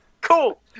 cool